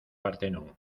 partenón